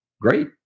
great